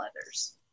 others